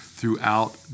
throughout